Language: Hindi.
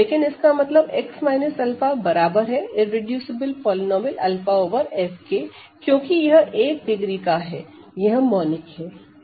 लेकिन इसका मतलब x 𝛂 बराबर है इररेडूसिबल पॉलीनोमिअल 𝛂 ओवर F के क्योंकि यह 1 डिग्री का है यह मोनिक है